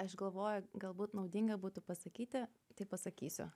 aš galvoju galbūt naudinga būtų pasakyti tai pasakysiu